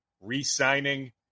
re-signing